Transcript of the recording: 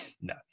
No